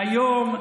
והיום,